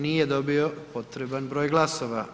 Nije dobio potreban broj glasova.